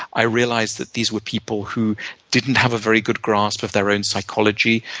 i realized that these were people who didn't have a very good grasp of their own psychology.